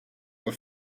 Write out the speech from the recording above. were